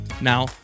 Now